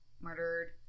murdered